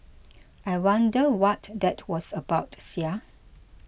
I wonder what that was about sia